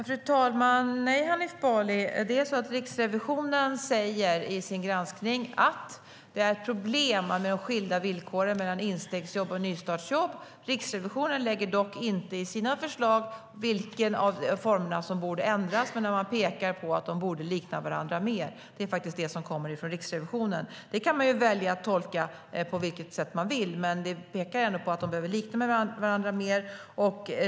Fru talman! Nej, Hanif Bali, Riksrevisionen säger i sin granskning att det är problem med de skilda villkoren mellan instegsjobb och nystartsjobb. Riksrevisionen säger dock inte i sina förslag vilken av formerna som borde ändras. Man pekar på att de borde likna varandra mer. Det är faktiskt det som kommer från Riksrevisionen. Det kan man välja att tolka på vilket sätt man vill, men det pekar ändå på att de behöver likna varandra mer.